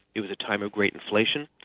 it was a time of great inflation,